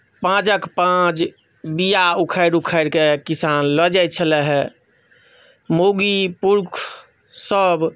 पाञ्जक पाञ्ज बआ उखारि उखारिके किसान लऽ जाइत छलए हे मउगी पुरुषसभ